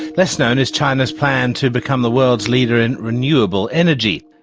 less known is china's plan to become the world's leader in renewable energy.